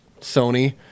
Sony